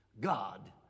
God